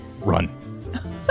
Run